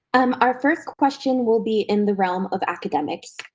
um our first question will be in the realm of academics.